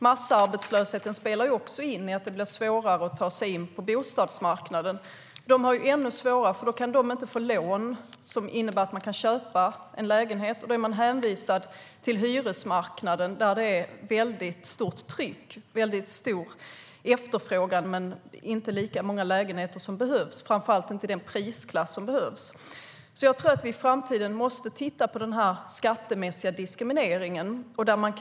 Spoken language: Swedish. Massarbetslösheten spelar också in, för den gör att det blir svårare att ta sig in på bostadsmarknaden. De kan inte få lån för att köpa en lägenhet, utan de hänvisas till hyresmarknaden där det är ett väldigt stort efterfrågetryck och inte finns lika många lägenheter som behövs, framför allt inte i den prisklass som efterfrågas.I framtiden måste vi titta på den skattemässiga diskrimineringen.